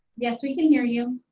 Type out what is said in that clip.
yes we can hear you.